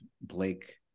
blake